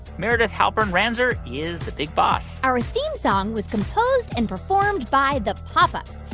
meredith halpern-ranzer is the big boss our theme song was composed and performed by the pop ups.